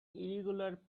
irregular